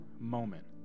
moment